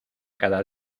cada